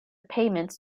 payments